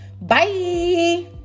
Bye